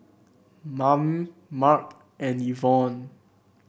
Mayme Marc and Yvonne